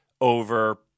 over